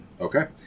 Okay